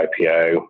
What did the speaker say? IPO